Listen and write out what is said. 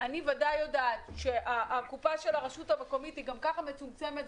אני ודאי יודעת שהקופה של הרשות המקומית גם ככה מצומצמת,